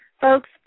Folks